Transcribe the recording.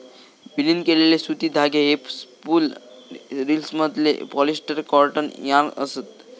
विलीन केलेले सुती धागे हे स्पूल रिल्समधले पॉलिस्टर कॉटन यार्न असत